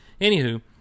Anywho